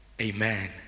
Amen